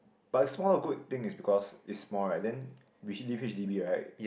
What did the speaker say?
but the small dog good thing is because it's small right then we hit D B right